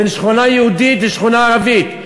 בין שכונה יהודית לשכונה ערבית.